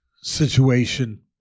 situation